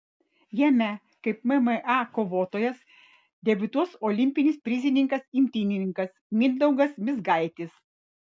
jame kaip mma kovotojas debiutuos olimpinis prizininkas imtynininkas mindaugas mizgaitis